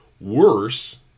Worse